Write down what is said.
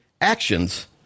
actions